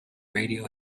radio